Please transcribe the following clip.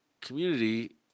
community